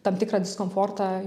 tam tikrą diskomfortą